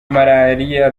malariya